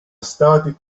started